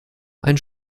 ein